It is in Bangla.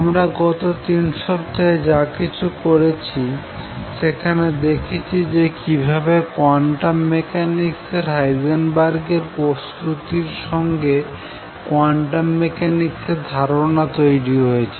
আমরা গত তিন সপ্তাহে যা কিছু করেছি সেখানে দেখেছি যে কিভাবে কোয়ান্টাম মেকানিক্স এর হাইজেনবার্গ এর প্রস্তুতির সঙ্গে কোয়ান্টাম মেকানিক্স এর ধারনা তৈরি হয়েছে